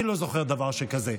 אני לא זוכר דבר שכזה,